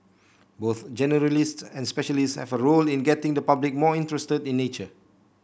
both generalists and specialists have a role in getting the public more interested in nature